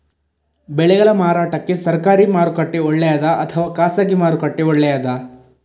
ಬೆಳೆಗಳ ಮಾರಾಟಕ್ಕೆ ಸರಕಾರಿ ಮಾರುಕಟ್ಟೆ ಒಳ್ಳೆಯದಾ ಅಥವಾ ಖಾಸಗಿ ಮಾರುಕಟ್ಟೆ ಒಳ್ಳೆಯದಾ